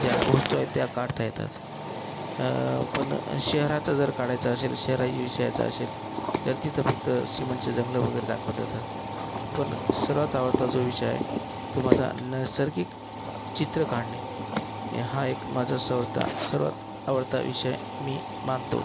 ज्या वस्तू आहेत त्या काढता येतात पण शहराचं जर काढायचं असेल शहर या विषयाचा असेल तर तिथं फक्त सिमेंटची जंगलं वगैरे दाखवता येतात पण सर्वात आवडता जो विषय आहे तो माझा नैसर्गिक चित्र काढणे हा एक माझा स्वतः सर्वात आवडता विषय मी मानतो